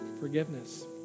forgiveness